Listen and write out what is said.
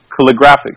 calligraphic